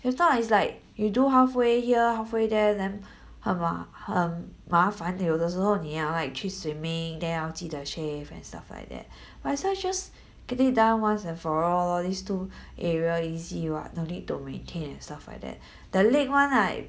if not it's like you do halfway here halfway then 很麻很麻烦有的时候你要 like 去 swimming 要记得 shave and stuff like that might as well just get it done once and for all lor these two area easy what no need to retain and stuff like that then leg one right